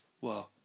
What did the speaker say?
Wow